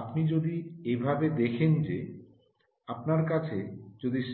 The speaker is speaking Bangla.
আপনি যদি এটাকে এভাবে দেখেন যে আপনার কাছে